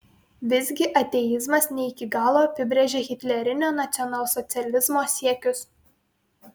visgi ateizmas ne iki galo apibrėžia hitlerinio nacionalsocializmo siekius